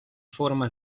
forma